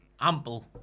ample